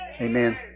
amen